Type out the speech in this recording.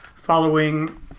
Following